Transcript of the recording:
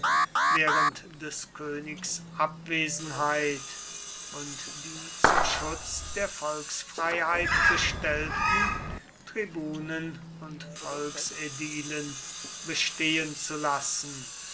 während des königs abwesenheit und die zum schutz der volksfreiheit bestellten tribunen und volksädilen bestehen zu lassen